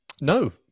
No